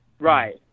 Right